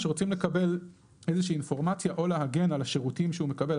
כשרוצים לקבל איזושהי אינפורמציה או להגן על השירותים שהוא מקבל,